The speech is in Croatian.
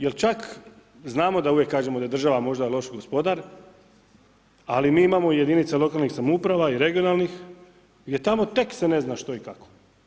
Jer čak znamo da uvijek kažemo da je država možda loš gospodar, ali mi imamo jedinice lokalnih samouprava i regionalnih, gdje tamo tek se ne zna što i kako.